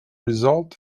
result